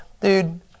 Dude